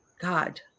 God